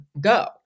go